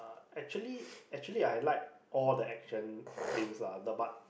actually actually I like all the action limbs lah the but